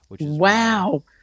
Wow